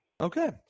Okay